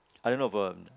I don't know but